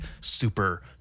super